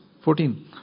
14